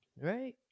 right